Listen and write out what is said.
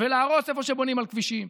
להרוס איפה שבונים על כבישים.